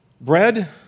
bread